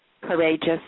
courageous